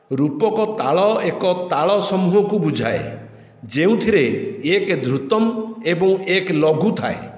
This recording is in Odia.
ରୂପକ ତାଳ ଏକ ତାଳ ସମୂହକୁ ବୁଝାଏ ଯେଉଁଥିରେ ଏକ ଧ୍ରୁତମ୍ ଏବଂ ଏକ ଲଘୁ ଥାଏ